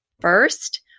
first